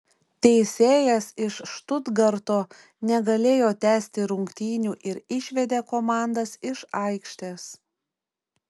teisėjas iš štutgarto negalėjo tęsti rungtynių ir išvedė komandas iš aikštės